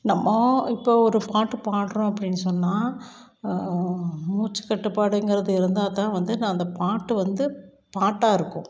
நம்மோ இப்போது ஒரு பாட்டு பாடுகிறோம் அப்படினு சொன்னால் மூச்சுக்கட்டுப்பாடுங்கிறது இருந்தால் தான் வந்து அந்த பாட்டு வந்து பாட்டாக இருக்கும்